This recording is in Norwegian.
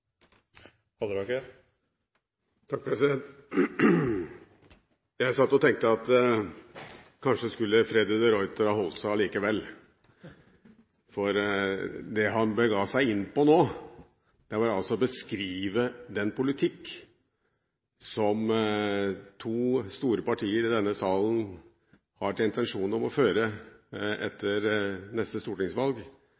Jeg satt og tenkte at kanskje skulle Freddy de Ruiter ha holdt seg allikevel, for det han bega seg inn på nå, var å beskrive den politikken som to store partier i denne salen har intensjon om å føre